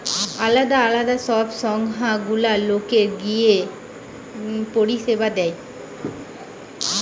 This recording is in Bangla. আলদা আলদা সব সংস্থা গুলা লোকের লিগে পরিষেবা দেয়